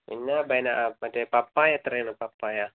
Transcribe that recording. പിന്നെ ബെന മറ്റേ പപ്പായ എത്രയാണ് പപ്പായ